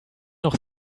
noch